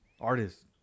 artist